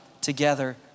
together